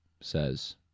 says